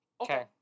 Okay